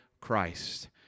Christ